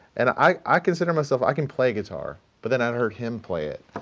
and i i consider myself i can play guitar. but then i heard him play it.